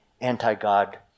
anti-God